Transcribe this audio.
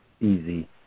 easy